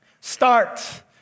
Start